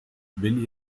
wenn